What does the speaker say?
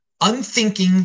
unthinking